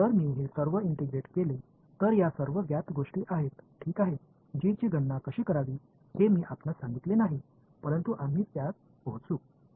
जर मी हे सर्व इंटिग्रेट केले तर या सर्व ज्ञात गोष्टी आहेत ठीक आहे g ची गणना कशी करावी हे मी आपणास सांगितले नाही परंतु आम्ही त्यात पोहोचू